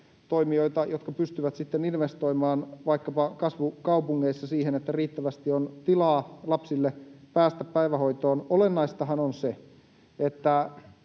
jotka pystyvät sitten investoimaan vaikkapa kasvukaupungeissa siihen, että riittävästi on tilaa lapsille päästä päivähoitoon. Olennaistahan on se,